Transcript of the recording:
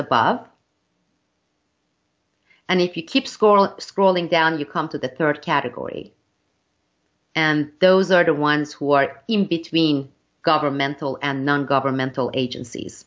above and if you keep score scrolling down you come to the third category and those are the ones who are in between governmental and non governmental agencies